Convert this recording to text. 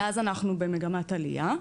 מאז אנחנו במגמת עליה.